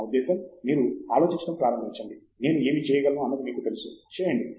నా ఉద్దేశ్యం మీరు ఆలోచించడం ప్రారంభించండి నేను ఏమి చేయగలను అన్నది మీకు తెలుసు చేయండి